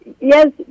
yes